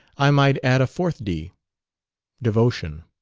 i might add a fourth d devotion.